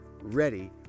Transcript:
ready